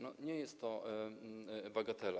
Nie jest to bagatela.